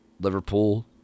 Liverpool